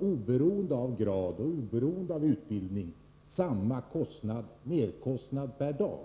oberoende av grad och utbildning, får samma merersättning per dag.